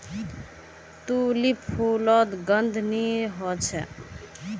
tulip फुलोत गंध नि होछे